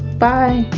by